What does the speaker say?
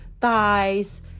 thighs